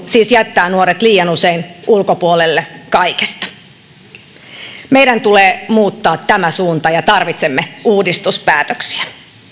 siis jättää nuoret liian usein ulkopuolelle kaikesta meidän tulee muuttaa tämä suunta ja tarvitsemme uudistuspäätöksiä